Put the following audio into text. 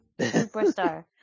superstar